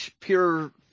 Pure